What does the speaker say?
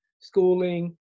schooling